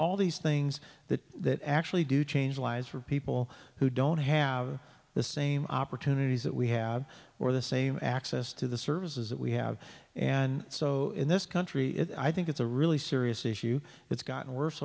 all these things that that actually do change lives for people who don't have the same opportunities that we have or the same access to the services that we have and so in this country i think it's a really serious issue it's gotten worse